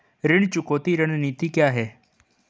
ऋण चुकौती रणनीति क्या है?